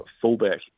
fullback